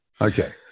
okay